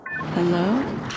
Hello